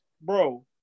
bro